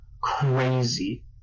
crazy